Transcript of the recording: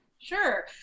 Sure